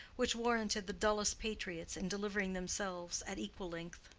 which warranted the dullest patriots in delivering themselves at equal length.